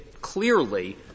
clearly